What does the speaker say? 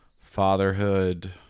fatherhood